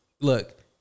look